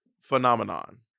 phenomenon